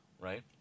right